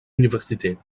universités